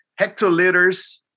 hectoliters